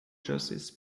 justice